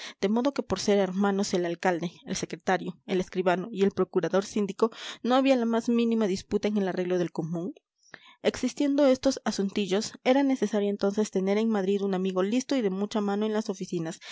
de modo que por ser hermanos el alcalde el secretario el escribano y el procurador síndico no había la más mínima disputa en el arreglo del común existiendo estos asuntillos era necesario entonces tener en madrid un amigo listo y de mucha mano en las oficinas